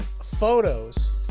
photos